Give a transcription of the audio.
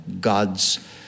God's